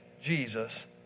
Jesus